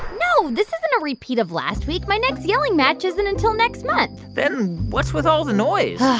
no, this isn't a repeat of last week. my next yelling match isn't until next month then what's with all the noise?